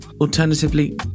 Alternatively